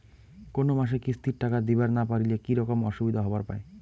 কোনো মাসে কিস্তির টাকা দিবার না পারিলে কি রকম অসুবিধা হবার পায়?